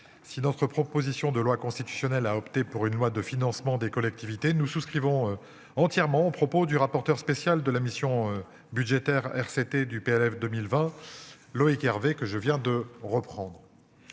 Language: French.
Si notre proposition de loi constitutionnelle a opté pour une loi de financement des collectivités nous souscrivons entièrement aux propos du rapporteur spécial de la mission budgétaire RCT du PLF 2020 Loïc Hervé, que je viens de reprendre.